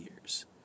years